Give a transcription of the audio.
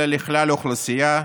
אלא לכלל האוכלוסייה,